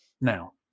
Now